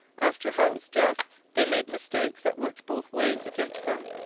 after howe's death they made mistakes that worked both ways against them.